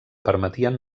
permetien